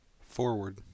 Forward